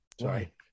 sorry